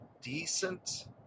decent